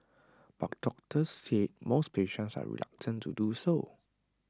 but doctors say most patients are reluctant to do so